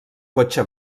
cotxe